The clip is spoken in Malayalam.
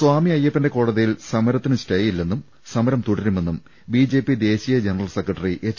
സ്വാമി അയ്യ പ്പന്റെ കോടതിയിൽ സമരത്തിന് സ്റ്റേ ഇല്ലെന്നും സമരം തുടരുമെന്നും ബി ജെ പി ദേശീയ ജനറൽ സെക്രട്ടറി എച്ച്